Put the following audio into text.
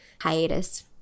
hiatus